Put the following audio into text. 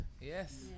Yes